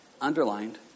underlined